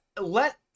let